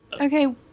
Okay